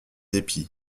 épis